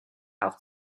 auch